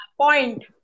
Point